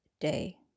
day